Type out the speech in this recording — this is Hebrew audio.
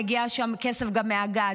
מגיע לשם כסף גם מהגז,